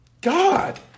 God